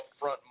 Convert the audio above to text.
upfront